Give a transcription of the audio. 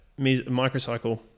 microcycle